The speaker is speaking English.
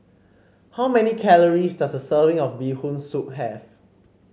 how many calories does a serving of Bee Hoon Soup have